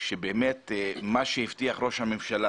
מה שהבטיח ראש הממשלה